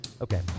okay